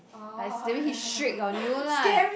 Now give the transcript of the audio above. like that means he strict on you lah